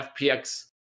FPX